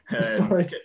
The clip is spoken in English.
Sorry